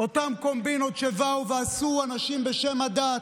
אותן קומבינות שבאו ועשו אנשים בשם הדת,